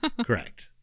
correct